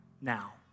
now